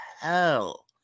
hell